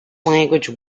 language